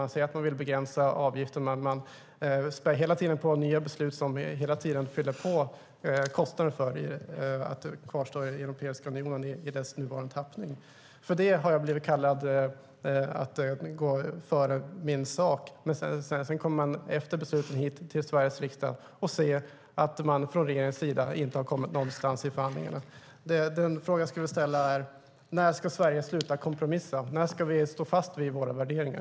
Man säger att man vill begränsa avgiften, men man späder hela tiden på med nya beslut som ökar kostnaden för att kvarstå i Europeiska unionen i dess nuvarande tappning. Jag har blivit beskylld för att gå händelserna i förväg, men sedan kommer man, efter beslutet, till Sveriges riksdag och säger att man från regeringens sida inte kommit någonstans i förhandlingarna. Det jag skulle vilja fråga är: När ska Sverige sluta kompromissa? När ska vi stå fast vid våra värderingar?